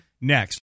next